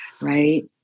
Right